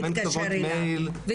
גם אין כתובות מייל,